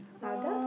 louder